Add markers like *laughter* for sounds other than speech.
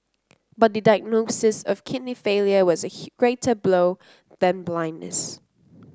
but the diagnosis of kidney failure was a *unintelligible* greater blow than blindness